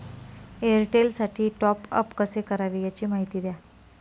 एअरटेलसाठी टॉपअप कसे करावे? याची माहिती द्या